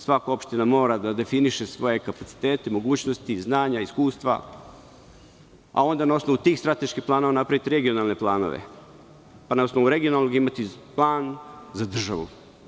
Svaka opština mora da definiše svoje kapacitete, mogućnosti, znanja i iskustva, a onda na osnovu tih strateških planova napraviti regionalne planove, pa na osnovu regionalnog imati plan za državu.